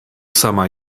sama